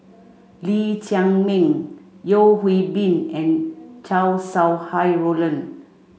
Lee Chiaw Meng Yeo Hwee Bin and Chow Sau Hai Roland